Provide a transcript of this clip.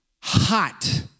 hot